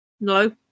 No